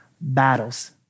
battles